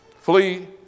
Flee